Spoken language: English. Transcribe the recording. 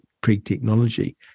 pre-technology